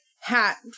hat